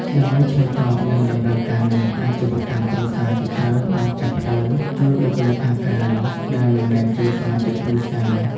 ដើម្បីឆ្លើយតបនឹងតម្រូវការនេះ អាជីវកម្មគ្រួសារជាច្រើនបានចាប់ផ្តើមជួលបុគ្គលិកខាងក្រៅ ដែលមិនមែនជាសមាជិកគ្រួសារ។